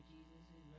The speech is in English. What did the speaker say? Jesus